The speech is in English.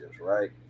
right